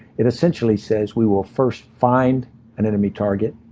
it, essentially, says we will first find an enemy target,